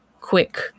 quick